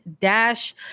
Dash